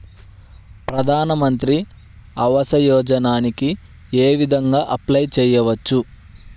ప్రధాన మంత్రి ఆవాసయోజనకి ఏ విధంగా అప్లే చెయ్యవచ్చు?